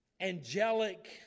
angelic